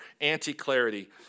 anti-clarity